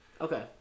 Okay